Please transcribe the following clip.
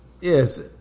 Yes